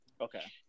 Okay